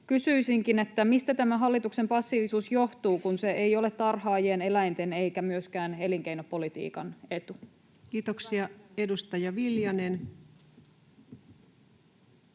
Kysyisinkin: mistä tämä hallituksen passiivisuus johtuu, kun se ei ole tarhaajien, eläinten eikä myöskään elinkeinopolitiikan etu? Kiitoksia. — Edustaja Viljanen.